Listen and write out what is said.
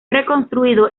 reconstruido